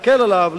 להקל בו,